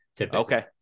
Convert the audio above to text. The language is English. Okay